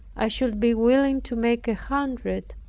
i should be willing to make a hundred,